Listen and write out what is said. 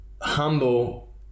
humble